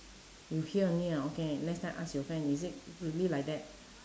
you hear only ah okay next time ask your friend is it really like that